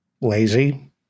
lazy